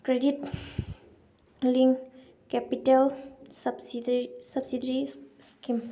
credit link capital subsidy scheme